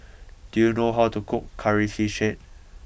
do you know how to cook Curry Fish Head